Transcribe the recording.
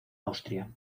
austria